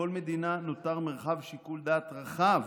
לכל מדינה נותר מרחב שיקול דעת רחב